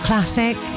classic